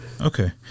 Okay